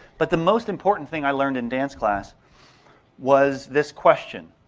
but the most important thing i learned in dance class was this question.